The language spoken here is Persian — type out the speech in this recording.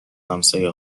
همسایه